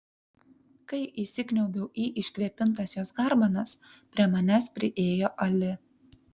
kai įsikniaubiau į iškvėpintas jos garbanas prie manęs priėjo ali